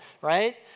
right